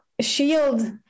shield